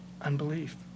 unbelief